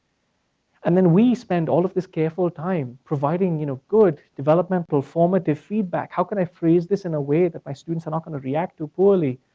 and then we spend all of this careful time providing you know good, developmental, formative feedback. how can i phrase this in a way that my students are not gonna react to poorly.